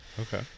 Okay